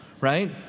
right